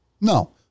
No